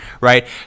right